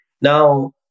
now